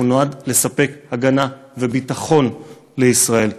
הוא נועד לספק הגנה וביטחון לישראל.